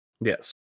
Yes